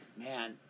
man